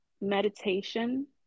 meditation